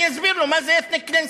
אני אסביר לו מה זה ethnic cleansing.